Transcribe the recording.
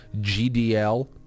GDL